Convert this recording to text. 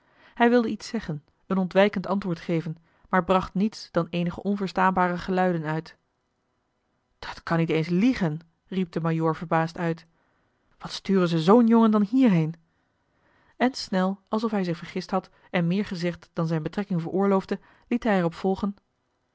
hij wilde iets zeggen een ontwijkend antwoord geven maar bracht niets dan eenige onverstaanbare geluiden uit eli heimans willem roda dat kan niet eens liegen riep de majoor verbaasd uit wat sturen ze zoo'n jongen dan hierheen en snel alsof hij zich vergist had en meer gezegd dan zijne betrekking veroorloofde